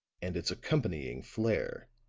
and its accompanying flare,